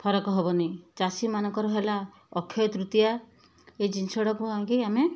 ଫରକ ହବନି ଚାଷୀମାନଙ୍କର ହେଲା ଅକ୍ଷୟତୃତୀୟା ଏଇ ଜିନିଷଟାକୁ ଆଣିକି ଆମେ